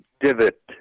divot